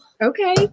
Okay